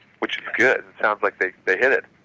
which is good. it sounds like they they hit it.